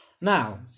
Now